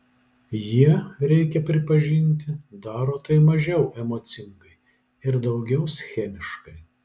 jie reikia pripažinti daro tai mažiau emocingai ir daugiau schemiškai